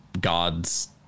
God's